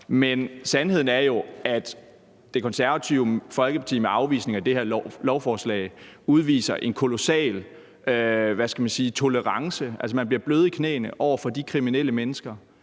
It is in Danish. Men sandheden er jo, at Det Konservative Folkeparti med afvisningen af det her lovforslag udviser en kolossal tolerance, altså at man bliver blød i knæene over for de kriminelle mennesker